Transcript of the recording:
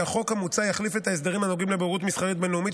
כי החוק המוצע יחליף את ההסדרים הנוגעים לבוררות מסחרית בין-לאומית,